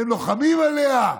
הם לוחמים עליה,